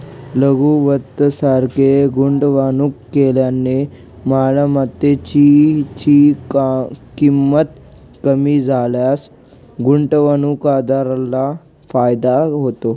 लघु वित्त सारखे गुंतवणूक केल्याने मालमत्तेची ची किंमत कमी झाल्यास गुंतवणूकदाराला फायदा होतो